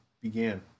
began